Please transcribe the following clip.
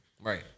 Right